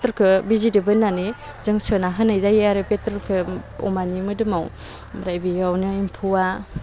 पेट्रलखौ बिजिदों बोनानै जों सोना होनाय जायो आरो पेट्रलखौ अमानि मोदोमाव ओमफ्राय बेयावनो एमफौवा